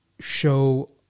show